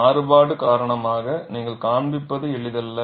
மாறுபாடு காரணமாக நீங்கள் காண்பிப்பது எளிதல்ல